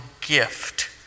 gift